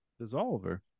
Dissolver